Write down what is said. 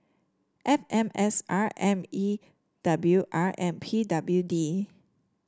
F M S R M E W R and P W D